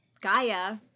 Gaia